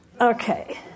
Okay